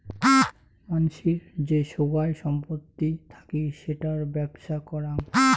মানসির যে সোগায় সম্পত্তি থাকি সেটার বেপ্ছা করাং